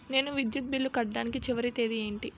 నేను విద్యుత్ బిల్లు కట్టడానికి చివరి తేదీ ఏంటి?